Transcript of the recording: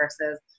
versus